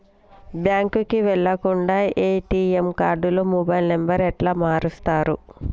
బ్యాంకుకి వెళ్లకుండా ఎ.టి.ఎమ్ కార్డుతో మొబైల్ నంబర్ ఎట్ల మారుస్తరు?